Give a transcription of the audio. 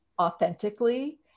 authentically